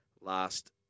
last